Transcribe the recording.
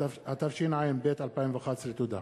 התשע"ב 2011. תודה.